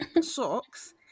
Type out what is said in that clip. socks